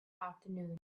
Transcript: afternoon